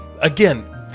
again